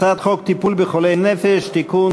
הצעת חוק טיפול בחולי נפש (תיקון,